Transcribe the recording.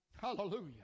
Hallelujah